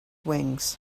wings